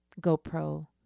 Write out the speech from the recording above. GoPro